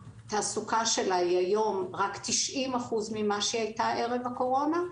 התעסוקה שלה היום היא רק 90% ממה שהיא הייתה ערב הקורונה,